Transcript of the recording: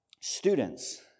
students